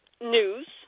news